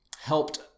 helped